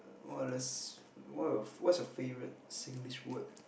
err this what are what what's your favourite Singlish word